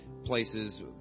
places